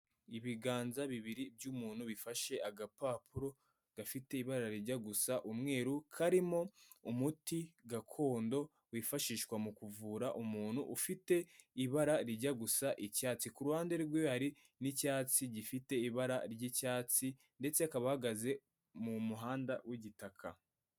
Ibiganza bibiri by'umuntu bifashe agapapuro, gafite ibara rijya gusa umweru, karimo umuti gakondo, wifashishwa mu kuvura umuntu, ufite ibara rijya gusa icyatsi, ku ruhande rwe hari n'icyatsi gifite ibara ry'icyatsi, ndetse akaba ahagaze mu muhanda w'igitaka.